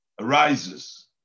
arises